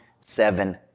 seven